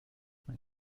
man